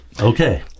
okay